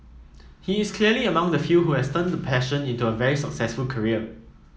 he is clearly among the few who has turned a passion into a very successful career